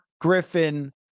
Griffin